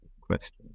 question